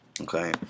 okay